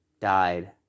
died